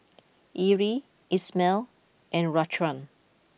Erie Ismael and Raquan